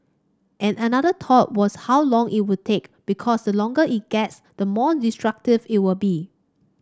and another thought was how long it would take because the longer it gets the more destructive it will be